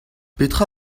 petra